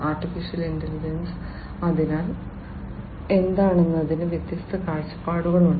artificial intelligence അതിനാൽ AI എന്താണെന്നതിന് വ്യത്യസ്ത കാഴ്ചപ്പാടുകളുണ്ട്